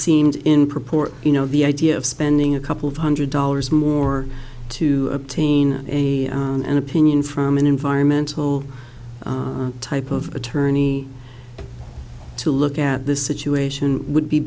proportion you know the idea of spending a couple of hundred dollars more to obtain a an opinion from an environmental type of attorney to look at this situation would be